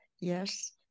Yes